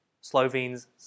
Slovenes